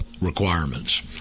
requirements